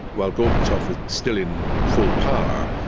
while gorbachev was still in full power,